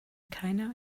keiner